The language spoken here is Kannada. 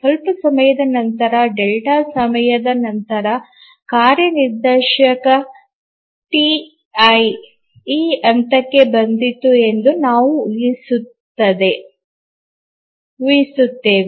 ಸ್ವಲ್ಪ ಸಮಯದ ನಂತರ ಡೆಲ್ಟಾ ಸಮಯದ ನಂತರ ಕಾರ್ಯ ನಿದರ್ಶನ ಟಿ ಈ ಹಂತಕ್ಕೆ ಬಂದಿತು ಎಂದು ನಾವು ಊಹಿಸುತ್ತವೆ